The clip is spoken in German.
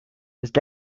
ist